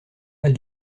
pas